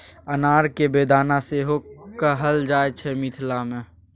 अनार केँ बेदाना सेहो कहल जाइ छै मिथिला मे